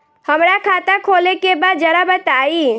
हमरा खाता खोले के बा जरा बताई